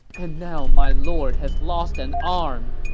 and now my lord has lost an arm!